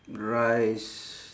rice